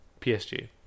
PSG